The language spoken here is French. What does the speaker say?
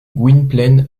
gwynplaine